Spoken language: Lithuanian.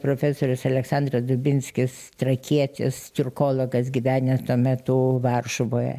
profesorius aleksandras dubinskis trakietis tiurkologas gyvenęs tuo metu varšuvoj